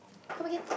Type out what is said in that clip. come again